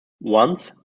once